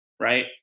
right